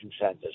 centers